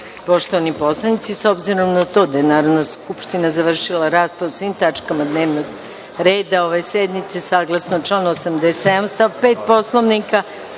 reda. Poštovani poslanici s obzirom na to da je Narodna skupština završila raspravu o svim tačkama dnevnog reda ove sednice, saglasno članu 87. stav 5. Poslovnika